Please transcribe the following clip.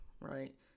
right